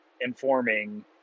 informing